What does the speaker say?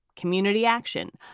community action,